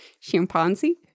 chimpanzee